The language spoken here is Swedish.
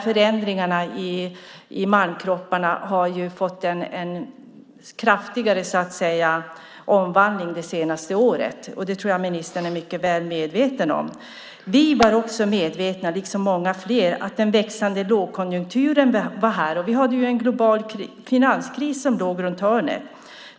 Förändringarna i malmkropparna har fått en kraftigare omvandling det senaste året. Det tror jag att ministern är mycket väl medveten om. Vi liksom många fler var också medvetna om att den växande lågkonjunkturen var här, och vi hade en global finanskris som låg runt hörnet.